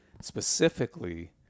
specifically